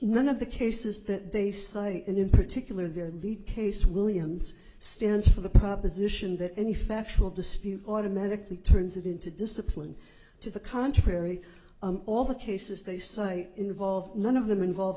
none of the cases that they cite and in particular their lead case williams stands for the proposition that any factual dispute automatically turns it into discipline to the contrary all the cases they cite involve none of them involve